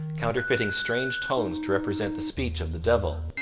counterfeiting strange tones to represent the speech of the devil,